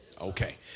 okay